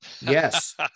yes